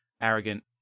arrogant